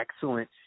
excellent